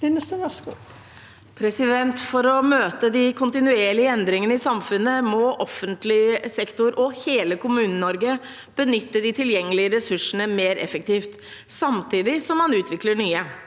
For å møte de kontinuerlige endringene i samfunnet må offentlig sektor og hele Kommune-Norge benytte de tilgjengelige ressursene mer effektivt, samtidig som man utvikler nye.